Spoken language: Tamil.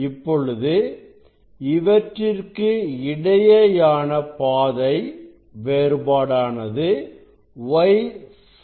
இப்பொழுது இவற்றிற்கு இடையேயான பாதை வேறுபாடானது y sin Ɵ